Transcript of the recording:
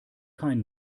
kein